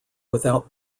without